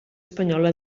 espanyola